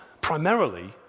primarily